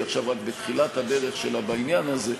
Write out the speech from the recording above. היא עכשיו רק בתחילת הדרך שלה בעניין הזה.